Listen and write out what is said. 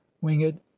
winged